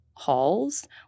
halls